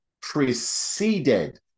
preceded